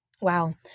Wow